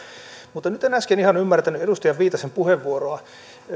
mutta nyt en äsken ihan ymmärtänyt edustaja viitasen puheenvuoroa